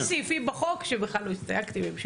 יש עוד הרבה סעיפים בחוק שבכלל לא הסתייגתי מהם,